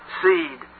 seed